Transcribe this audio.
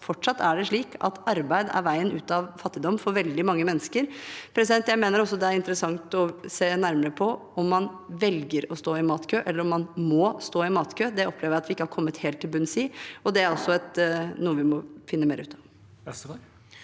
fortsatt er slik at arbeid er veien ut av fattigdom for veldig mange mennesker. Jeg mener også det er interessant å se nærmere på om man velger å stå i matkø, eller om man må stå i matkø. Det opplever jeg at vi ikke har kommet helt til bunns i, og det er også noe vi må finne mer ut av.